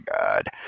god